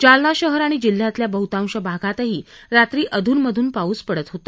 जालना शहर आणि जिल्ह्यातल्या बहुतांश भागातही रात्री अध्नमधून पाऊस पडत होता